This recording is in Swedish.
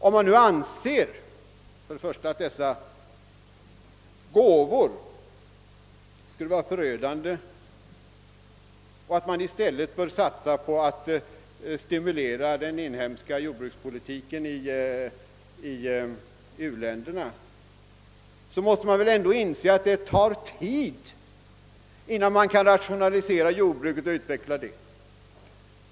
Om man nu anser att dessa gåvor skulle vara förödande och att det i stället bör göras satsningar för att stimulera den inhemska jordbrukspolitiken i u-länderna, så måste man väl ändå inse att det tar tid innan jordbruket kan rationaliseras och utvecklas.